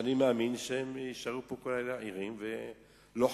שאני מאמין שהם יישארו כל הלילה ערים ולוחמים.